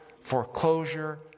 foreclosure